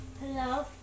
Hello